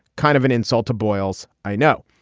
kind of an insult to boils. i know.